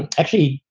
and actually,